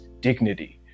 dignity